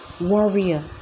warrior